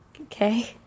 Okay